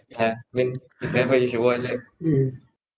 ya I mean remember if you watch ah